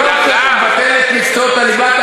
לא רק שאתה מבטל את מקצועות הליבה,